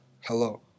Hello